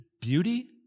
beauty